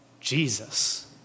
Jesus